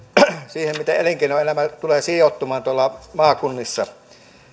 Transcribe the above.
siihen miten elinkeinoelämä tulee sijoittumaan tuolla maakunnissa